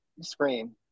scream